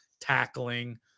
tackling